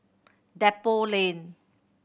Depot Lane